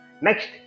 Next